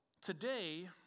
Today